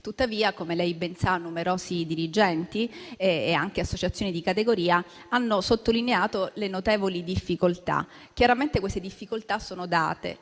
Tuttavia, come lei ben sa, numerosi dirigenti e anche associazioni di categoria hanno sottolineato le notevoli difficoltà. Chiaramente, queste difficoltà sono date